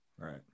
Right